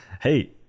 hey